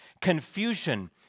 confusion